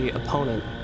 opponent